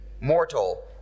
Mortal